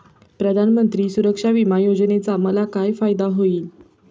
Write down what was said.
प्रधानमंत्री सुरक्षा विमा योजनेचा मला काय फायदा होईल?